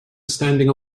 standing